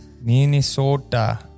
Minnesota